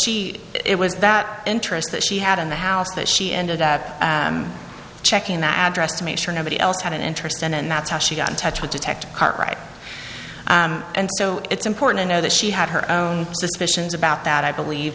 she it was that interest that she had in the house that she ended up checking the address to make sure nobody else had an interest and that's how she got in touch with detective cartwright and so it's important to know that she had her own suspicions about that i believe